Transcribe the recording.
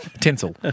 Tinsel